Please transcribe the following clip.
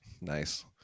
Nice